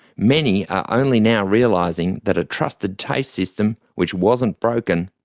many are only now realising that a trusted tafe system, which wasn't broken,